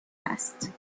است